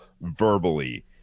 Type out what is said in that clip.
verbally